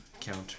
Counter